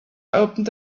opened